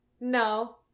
No